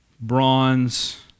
bronze